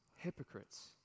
Hypocrites